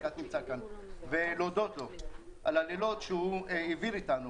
ברקת נמצא כאן ולהודות לו על הלילות שהוא העביר איתנו,